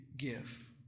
give